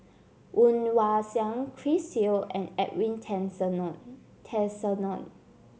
Woon Wah Siang Chris Yeo and Edwin Tessensohn